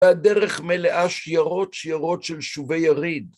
הדרך מלאה שיערות שיערות של שובי יריד.